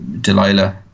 Delilah